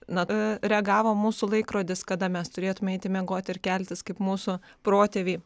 na reagavo mūsų laikrodis kada mes turėtume eiti miegoti ir keltis kaip mūsų protėviai